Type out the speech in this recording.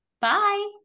Bye